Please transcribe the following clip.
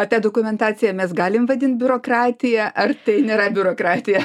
apie dokumentaciją mes galim vadint biurokratija ar tai nėra biurokratija